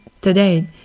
today